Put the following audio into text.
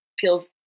feels